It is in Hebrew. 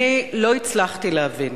לא הצלחתי להבין